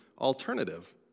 alternative